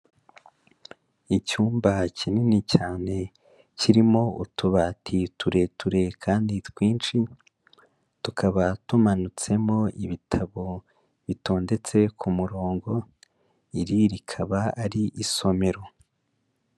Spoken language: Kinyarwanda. Icyumba kinini cyane, kirimo utubati tureture kandi twinshi, tukaba tumanitsemo ibitabo bitondetse ku murongo, iri rikaba ari isomero.